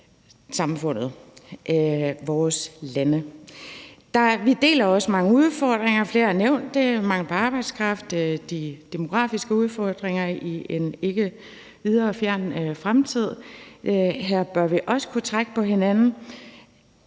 samfundet i vores lande? Vi deler også mange udfordringer, som mange har nævnt, altså mangel på arbejdskraft, de demografiske udfordringer i en ikke videre fjern fremtid. Her bør vi også kunne trække på hinanden.